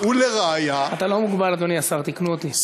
אתה לא מוגבל, אדוני השר, תיקנו אותי.